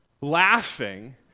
laughing